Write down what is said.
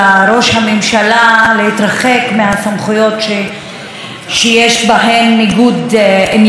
הממשלה להתרחק מהסמכויות שיש בהן ניגוד עניינים,